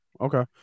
Okay